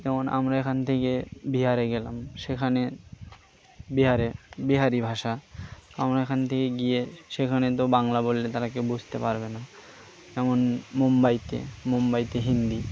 যেমন আমরা এখান থেকে বিহারে গেলাম সেখানে বিহারে বিহারী ভাষা আমরা এখান থেকে গিয়ে সেখানে তো বাংলা বললে তারাকে বুঝতে পারবে না যেমন মুম্বাইতে মুম্বাইতে হিন্দি